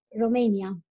romania